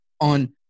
on